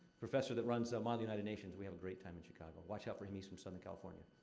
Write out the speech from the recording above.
professor that runs model united nations. we have a great time in chicago. what out for him he's from southern california.